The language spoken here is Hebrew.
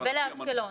ולאשקלון.